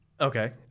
Okay